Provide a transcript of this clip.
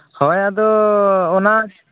ᱦᱳᱭ ᱟᱫᱚ ᱚᱱᱟ